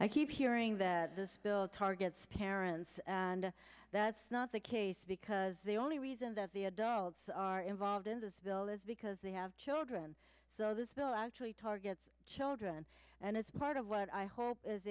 i keep hearing that this bill targets parents and that's not the case because the only reason that the adults are involved in this bill is because they have children so this bill actually targets children and it's part of what i hope